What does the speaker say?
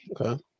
okay